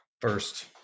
first